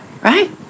right